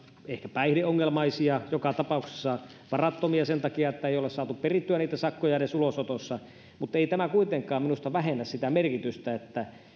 päihdeongelmaisia joka tapauksessa varattomia sen takia että ei ole saatu perittyä niitä sakkoja edes ulosotossa mutta ei tämä kuitenkaan minusta vähennä sitä merkitystä